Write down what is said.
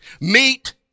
Meet